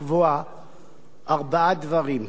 לקבוע ארבעה דברים: